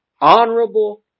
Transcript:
honorable